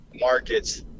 markets